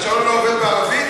השעון לא עובד בערבית?